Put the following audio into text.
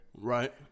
Right